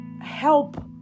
help